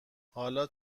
حالا